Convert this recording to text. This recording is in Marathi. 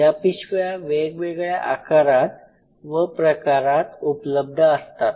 या पिशव्या वेगवेगळ्या आकारात व प्रकारात उपलब्ध असतात